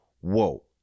whoa